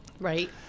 right